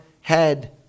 head